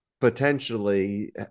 potentially